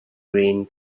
green